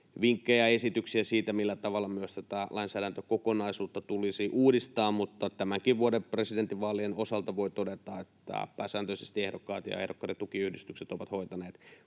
vinkkejä ja esityksiä siitä, millä tavalla myös tätä lainsäädäntökokonaisuutta tulisi uudistaa. Mutta tämänkin vuoden presidentinvaalien osalta voi todeta, että pääsääntöisesti ehdokkaat ja ehdokkaiden tukiyhdistykset ovat hoitaneet